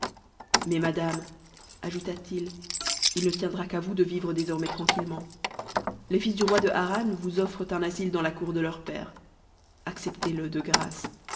mais madame ajouta-t-il il ne tiendra qu'à vous de vivre désormais tranquitlement les fils du roi de harran vous curent un asile dans la cour de leur i père acceptez-le de grâce